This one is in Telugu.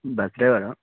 బస్ డ్రైవరా